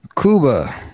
Cuba